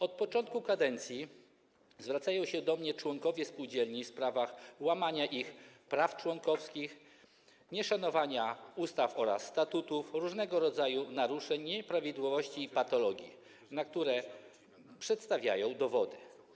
Od początku kadencji zwracają się do mnie członkowie spółdzielni w sprawach łamania ich praw członkowskich, nieszanowania ustaw oraz statutów, różnego rodzaju naruszeń, nieprawidłowości i patologii, na które przedstawiają dowody.